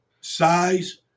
size